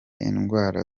indwara